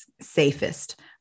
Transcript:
safest